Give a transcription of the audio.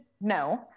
No